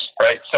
right